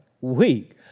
week